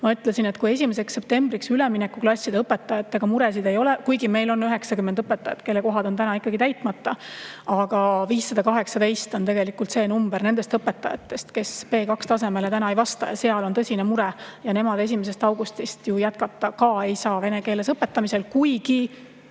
Ma ütlesin, et 1. septembriks üleminekuklasside õpetajatega muresid ei ole, kuigi meil on 90 õpetajat, kelle kohad on täna täitmata. Aga 518 on tegelikult neid õpetajaid, kes B2-tasemele täna ei vasta. Seal on tõsine mure ja nemad 1. augustist jätkata ei saa ka vene keeles õpetamisel, kuigi